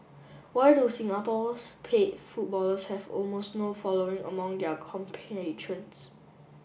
why do Singapore's paid footballers have almost no following among their